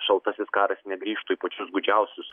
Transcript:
šaltasis karas negrįžtų į pačius gūdžiausius